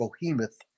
behemoth